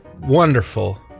Wonderful